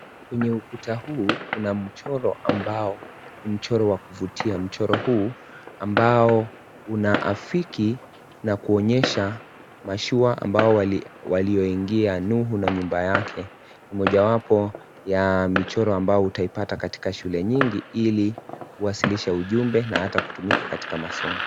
Kwenye ukuta huu kuna mchoro ambao ni mchoro wa kuvutia. Mchoro huu ambao unaafiki na kuonyesha mashua ambayo walioingia Nuhu na nyumba yake, Ni mojawapo ya michoro ambayo utaipata katika shule nyingi ili kuwasilisha ujumbe na hata kutumika katika masomo.